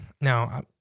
now